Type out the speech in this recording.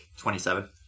27